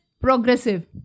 progressive